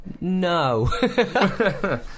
No